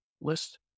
list